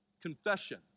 Confession